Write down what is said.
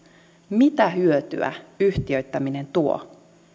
mitä hyötyä yhtiöittäminen tuo